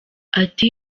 ati